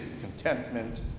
contentment